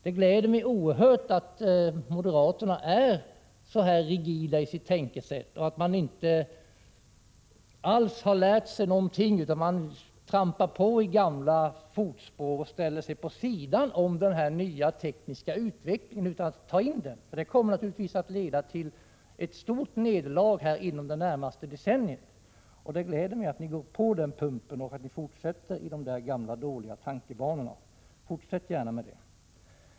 Det gläder mig mycket att moderaterna är så rigida i sitt tänkesätt och inte alls förändrat sig något utan trampar på i gamla fotspår och ställer sig på sidan av den tekniska utvecklingen. Det kommer naturligtvis att leda till ett stort nederlag inom de närmaste decennierna, och det gläder mig att ni går på den pumpen och fortsätter i de gamla dåliga tankebanorna. Gör gärna det!